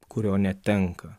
kurio netenka